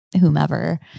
whomever